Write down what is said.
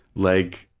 like,